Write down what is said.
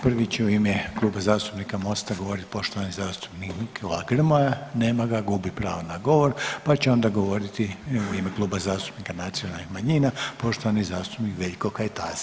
Prvi će u ime Kluba zastupnika MOST-a govoriti poštovani zastupnik Nikola Grmoja, nema ga, gubi pravo na govor, pa će onda govoriti u ime Kluba zastupnika nacionalnih manjina poštovani zastupnik Veljko Kajtazi.